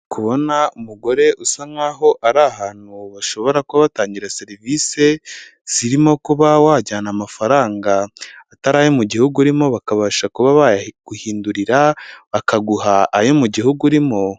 Ndi kubona umugore usa nkaho ari ahantu bashobora kuba batangira serivisi, zirimo kuba wajyana amafaranga atari ayo mu gihugu urimo bakabasha kuba baguhindurira, bakaguha ayo mu gihugu urimo.